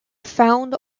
found